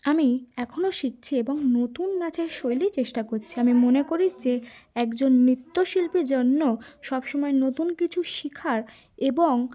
আমি এখনও শিখছি এবং নতুন নাচের শৈলী চেষ্টা করছি আমি মনে করি যে একজন নৃত্যশিল্পীর জন্য সবসময় নতুন কিছু শেখার এবং